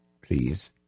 please